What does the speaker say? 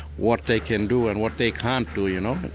what they can do and what they can't do, you know,